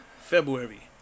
February